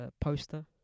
poster